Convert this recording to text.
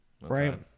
Right